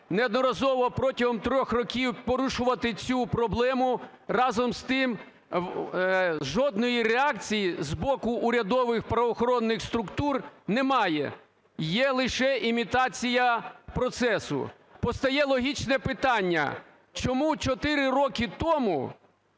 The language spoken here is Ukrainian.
неодноразово протягом 3 років порушувати цю проблему, разом з тим, жодної реакції з боку урядових правоохоронних структур немає. Є лише імітація процесу. Постає логічне питання: чому 4 роки тому